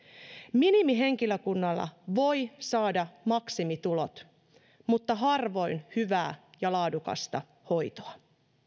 minimihenkilökunnalla voi saada maksimitulot mutta harvoin hyvää ja laadukasta hoitoa